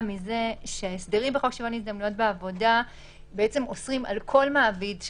מזה שההסדרים בחוק שוויון הזדמנויות בעבודה מחייבים כל מעביד,